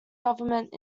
government